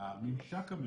הממשק המשותף.